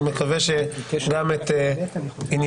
אני מקווה שגם את עניין,